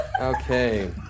Okay